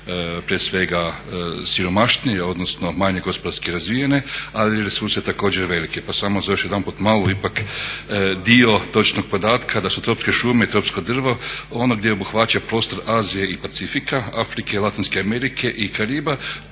prije svega siromašnije, odnosno manje gospodarski razvijene ali resurs je također veliki. Pa samo još jedanput malo ipak dio točnog podatka da su tropske šume i tropsko drvo ono gdje obuhvaća prostor Azije i Pacifika, Afrike i Latinske Amerike i Kariba